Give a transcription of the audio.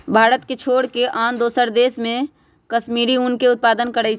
भारत के छोर कऽ आन दोसरो देश सेहो कश्मीरी ऊन के उत्पादन करइ छै